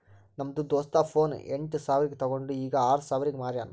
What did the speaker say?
ನಮ್ದು ದೋಸ್ತ ಫೋನ್ ಎಂಟ್ ಸಾವಿರ್ಗ ತೊಂಡು ಈಗ್ ಆರ್ ಸಾವಿರ್ಗ ಮಾರ್ಯಾನ್